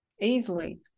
easily